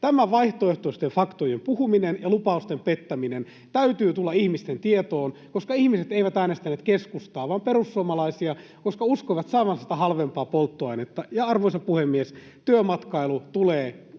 Tämän vaihtoehtoisten faktojen puhumisen ja lupausten pettämisen täytyy tulla ihmisten tietoon, koska ihmiset eivät äänestäneet keskustaa vaan perussuomalaisia, koska uskoivat saavansa sitä halvempaa polttoainetta. Ja, arvoisa puhemies, työmatkailu tulee kallistumaan